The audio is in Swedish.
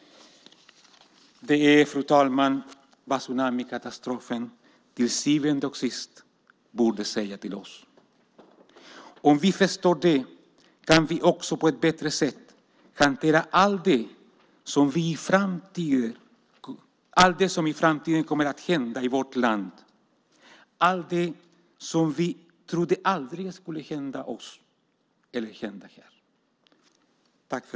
Det är, fru talman, vad tsunamikatastrofen till syvende och sist borde säga till oss. Om vi förstår det kan vi på ett bättre sätt hantera allt det som i framtiden kommer att hända i vårt land, allt det som vi aldrig trodde skulle hända oss eller hända här.